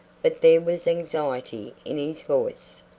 but there was anxiety in his voice.